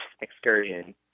excursion